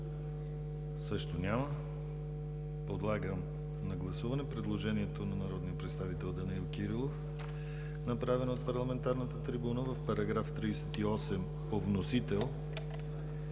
Също няма. Подлагам на гласуване предложението на народния представител Данаил Кирилов, направено от парламентарната трибуна – в § 38 по вносител